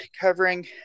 covering